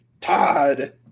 Todd